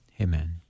Amen